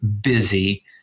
busy